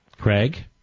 Craig